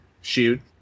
shoot